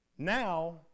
Now